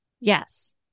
Yes